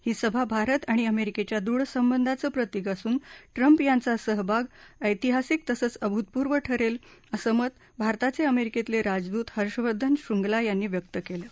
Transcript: ही सभा भारत आणि अमरिकेच्या दृढ संबंधाचं प्रतिक असून ट्रंप यांचा सहभाग ऐतिहासिक तसंच अभूतपूर्व ठरती असं मत भारताच अमरिकेतल ज्ञाजदूत हर्षवर्धन शृंगला यांनी व्यक्त कलि